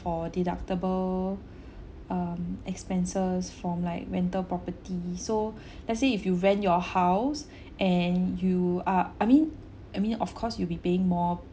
for deductible um expenses from like rental property so let's say if you rent your house and you are I mean I mean of course you'll be paying more